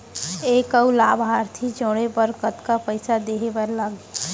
एक अऊ लाभार्थी जोड़े बर कतका पइसा देहे बर लागथे?